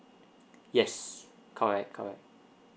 yes correct correct